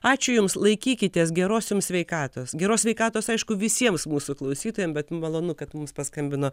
ačiū jums laikykitės geros jums sveikatos geros sveikatos aišku visiems mūsų klausytojam bet malonu kad mums paskambino